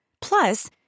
Plus